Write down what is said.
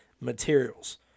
materials